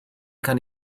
kann